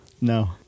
No